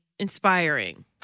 inspiring